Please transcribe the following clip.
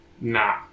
Nah